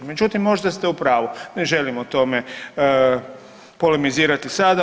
Međutim, možda ste u pravu, ne želim o tome polemizirati sada.